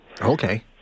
Okay